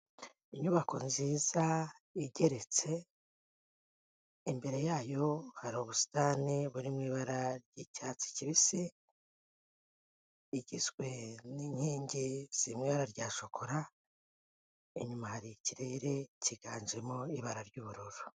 Inyubako nziza igeretse, imbere yayo hari ubusitani burimo ibara ry'icyatsi kibisi, igizwe n'inkingi ziri mu ibara rya shokora, inyuma hari ikirere cyiganjemo ibara ry'ubururu.